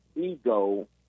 ego